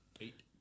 Eight